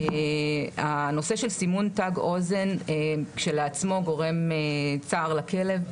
הנושא של סימון תג אוזן כשלעצמו גורם צער לכלב.